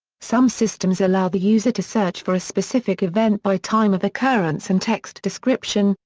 some systems allow the user to search for a specific event by time of occurrence and text description,